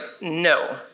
no